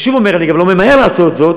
אני שוב אומר, אני גם לא ממהר לעשות זאת,